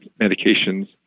medications